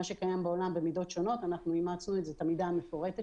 זה מה שקיים בעולם במידות שונות ואנחנו אימצנו את המידה המפורטת